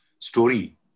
story